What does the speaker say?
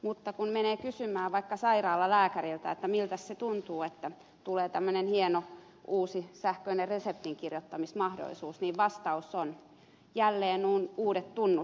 mutta kun menee kysymään vaikka sairaalalääkäriltä miltä se tuntuu että tulee tämmöinen hieno uusi sähköinen reseptin kirjoittamismahdollisuus niin vastaus on että jälleen on uudet tunnussanat